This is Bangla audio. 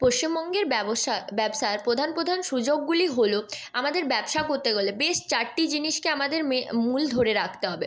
পশ্চিমবঙ্গের ব্যবসা ব্যবসার প্রধান প্রধান সুযোগগুলি হল আমাদের ব্যবসা করতে গেলে বেশ চারটি জিনিসকে আমাদের মূল ধরে রাখতে হবে